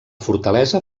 fortalesa